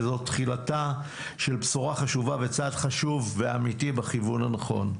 וזאת תחילתה של בשורה חשובה וצעד חשוב ואמיתי בכיוון הנכון.